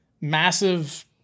massive